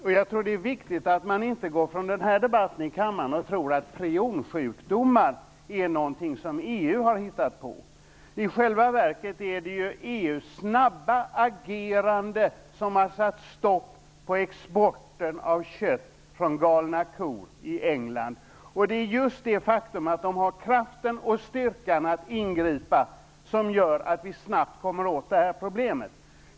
Jag tror att det är viktigt att man inte går från den här debatten i kammaren och tror att prionsjukdomar är någonting som EU har hittat på. I själva verket är det ju EU:s snabba agerande som har satt stopp för exporten av nötkött från England, som drabbats av "galna ko"- sjukan och det är just det faktum att man har kraften och styrkan att ingripa som gör att vi snabbt kommer åt det här problemet.